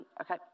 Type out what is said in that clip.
okay